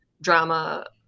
drama